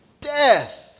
death